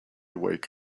wake